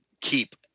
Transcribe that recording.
Keep